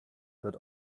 but